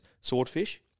swordfish